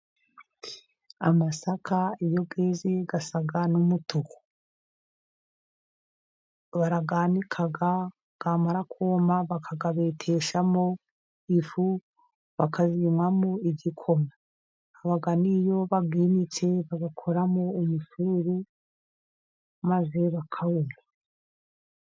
Amasaka iyo yeze asa n'umutuku, barayanika yamara kuma bakayabeteshamo ifu bakayinywamo igikoma, haba n'iyo bayinitse bayakoramo imisururu maze bakayinywa.